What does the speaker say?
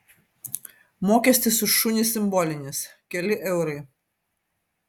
mokestis už šunį simbolinis keli eurai